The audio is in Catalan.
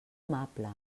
amable